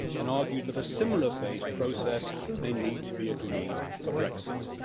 and argued that a similar phased process may need to be agreed for brexit.